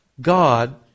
God